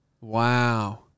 Wow